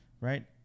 right